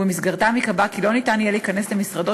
ובמסגרתם ייקבע כי לא יהיה ניתן להיכנס למשרדו